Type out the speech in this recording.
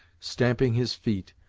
stamping his feet,